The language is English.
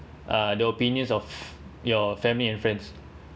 uh the opinions of your family and friends